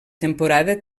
temporada